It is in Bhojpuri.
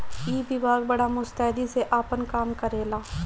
ई विभाग बड़ा मुस्तैदी से आपन काम करेला